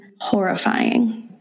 horrifying